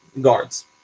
guards